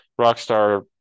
Rockstar